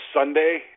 Sunday